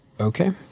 Okay